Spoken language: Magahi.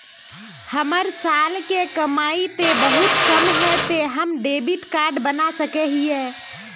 हमर साल के कमाई ते बहुत कम है ते हम डेबिट कार्ड बना सके हिये?